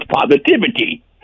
positivity